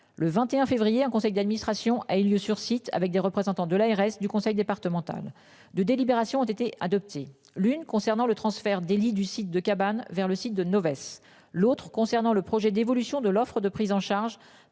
le 21 février, un conseil d'administration a eu lieu sur site avec des représentants de l'ARS du conseil départemental de délibérations ont été adoptées l'une concernant le transfert des lits du site de cabane vers le site de nos Weiss l'autre concernant le projet d'évolution de l'offre de prise en charge